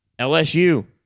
LSU